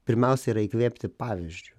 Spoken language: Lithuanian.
pirmiausia yra įkvėpti pavyzdžiu